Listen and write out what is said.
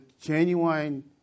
genuine